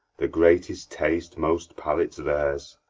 the great'st taste most palates theirs.